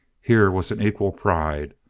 here was an equal pride,